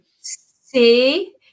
See